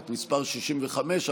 מס' 65,